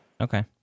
Okay